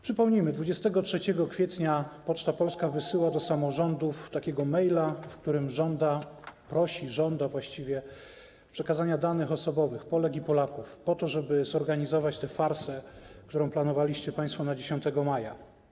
Przypomnijmy, 23 kwietnia Poczta Polska wysyła do samorządów takiego maila, w którym żąda, prosi, żąda właściwie przekazania danych osobowych Polek i Polaków po to, żeby zorganizować tę farsę, którą planowaliście państwo na 10 maja.